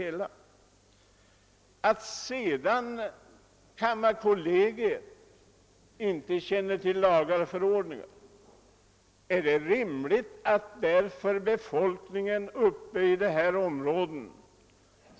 Är det rimligt att befolkningen i det aktuella området skall behöva lida för att kammarkollegiet inte känner till lagar och förordningar?